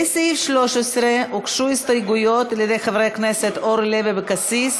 לסעיף 13 הוגשו הסתייגויות על ידי חברי הכנסת אורלי לוי אבקסיס,